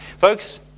Folks